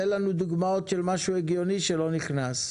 תן דוגמאות של משהו הגיוני שלא נכנס.